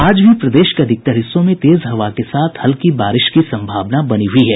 आज भी प्रदेश के अधिकतर हिस्सों में तेज हवा के साथ हल्की बारिश की सम्भावना बनी हुई है